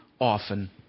often